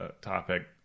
topic